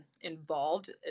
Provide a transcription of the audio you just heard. involved